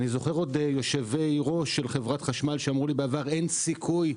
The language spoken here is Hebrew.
אני זוכר יושבי-ראש של חברת החשמל שאמרו לי בעבר: אין סיכוי,